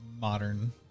modern